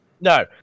No